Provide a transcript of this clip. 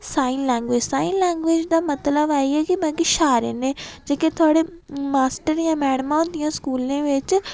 sign language sign language दा मतलब आई गेआ क बाकी शारें नै ते जेह्के थुआढ़े मास्टर जां मैडमां होंदियां स्कूलै बिच